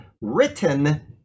written